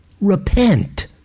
repent